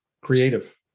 creative